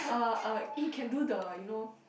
uh uh he can do the you know